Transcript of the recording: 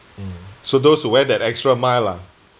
hmm so those who went that extra mile lah